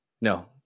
No